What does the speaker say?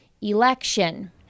election